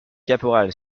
caporal